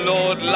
Lord